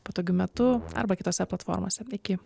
patogiu metu arba kitose platformose iki